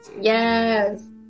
Yes